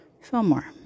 Fillmore